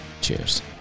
cheers